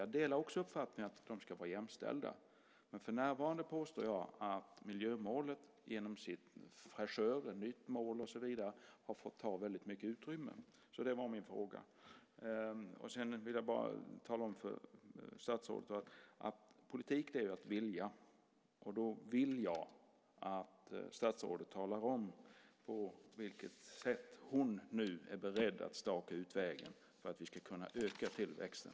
Jag delar också uppfattningen att de ska vara jämställda, men för närvarande påstår jag att miljömålet genom sin fräschör, ett nytt mål och så vidare, har fått ta mycket utrymme. Politik är att vilja. Jag vill att statsrådet talar om på vilket sätt hon är beredd att staka ut vägen för att vi ska kunna öka tillväxten.